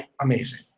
amazing